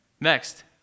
Next